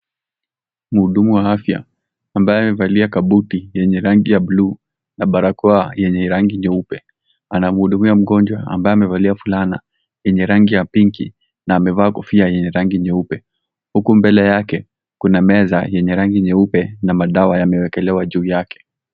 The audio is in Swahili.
Mhudumu wa afya ambaye amevalia kabuti yenye rangi ya bluu na barakoa yenye rangi nyeupe. Anamhudumia mgonjwa ambaye amevalia fulana yenye rangi ya pinki na amevaa kofia yenye rangi nyeupe. Huku mbele yake kuna meza yenye rangi nyeupe na madawa yamewekelewa juu yake.